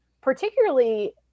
particularly